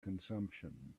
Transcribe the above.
consumption